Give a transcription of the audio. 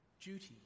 duty